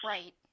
Right